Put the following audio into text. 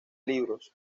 libros